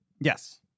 Yes